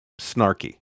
snarky